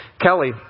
Kelly